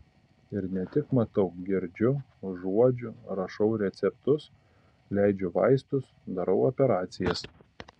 ir ne tik matau girdžiu užuodžiu rašau receptus leidžiu vaistus darau operacijas